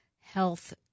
health